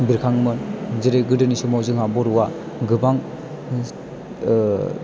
बेरखाङोमोन जेरै गोदोनि समाव जोंहा बर'आ गोबां